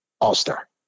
all-star